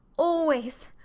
always,